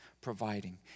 providing